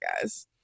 guys